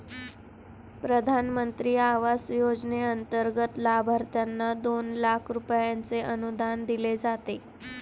प्रधानमंत्री आवास योजनेंतर्गत लाभार्थ्यांना दोन लाख रुपयांचे अनुदान दिले जाते